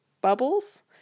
bubbles